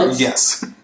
Yes